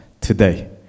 today